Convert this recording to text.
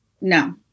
No